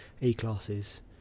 E-classes